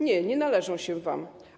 Nie, nie należą się wam.